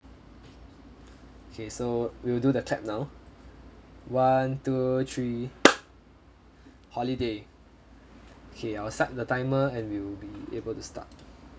okay so we'll do the tap now one two three holiday okay I'll start the timer and we will be able to start